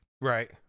Right